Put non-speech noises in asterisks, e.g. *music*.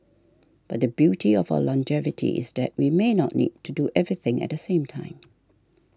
but the beauty of our longevity is that we may not need to do everything at the same time *noise*